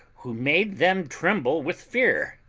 who made them tremble with fear.